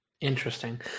Interesting